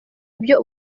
ibyo